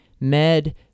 Med